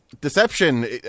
Deception